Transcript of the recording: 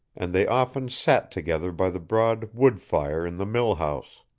and they often sat together by the broad wood-fire in the mill-house.